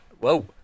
Whoa